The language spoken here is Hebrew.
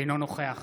אינו נוכח